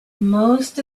most